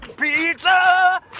Pizza